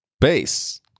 base